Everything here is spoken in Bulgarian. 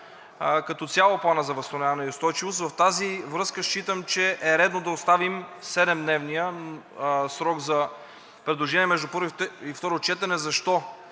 като цяло Плана за възстановяване и устойчивост. В тази връзка считам, че е редно да оставим седемдневния срок за предложения между първо и второ четене. Защо?